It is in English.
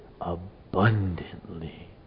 abundantly